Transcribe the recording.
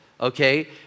okay